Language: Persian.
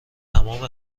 تمام